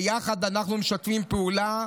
וביחד אנחנו משתפים פעולה.